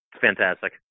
Fantastic